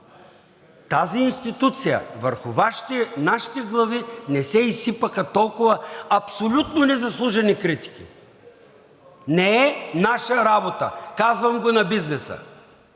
тази институция, върху нашите глави не се изсипаха толкова абсолютно незаслужени критики. Не е наша работа, казвам го на бизнеса!